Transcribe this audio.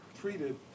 treated